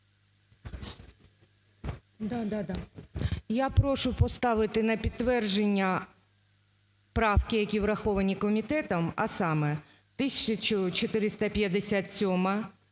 Я прошу поставити на підтвердження правки, які враховані комітетом, а саме: 1457-а,